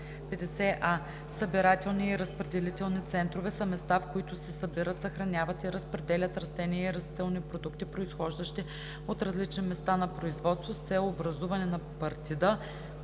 „50a. „Събирателни и разпределителни центрове“ са места, в които се събират, съхраняват и разпределят растения и растителни продукти, произхождащи от различни места на производство, с цел образуване на партида/и,